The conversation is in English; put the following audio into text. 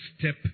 step